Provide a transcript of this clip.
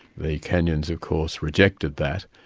the kenyans of course, rejected that.